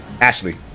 Ashley